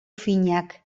finak